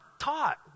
Taught